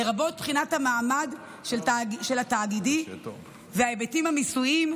לרבות בחינת המעמד התאגידי וההיבטים המיסוייים